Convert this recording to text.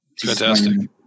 Fantastic